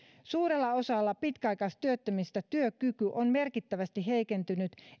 suurella osalla pitkäaikaistyöttömistä työkyky on merkittävästi heikentynyt